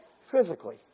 physically